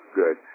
good